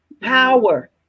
power